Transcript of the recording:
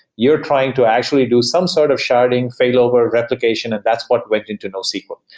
you're trying to actually do some sort of sharding, fail over replication, and that's what went into nosql.